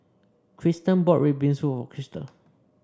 Krysten bought red bean soup Kristal